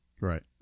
Right